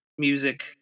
music